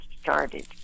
started